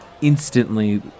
instantly